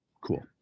Cool